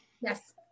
yes